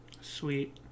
Sweet